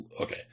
Okay